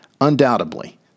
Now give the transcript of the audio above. Undoubtedly